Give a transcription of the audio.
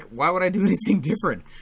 why would i do anything different?